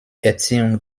erziehung